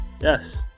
yes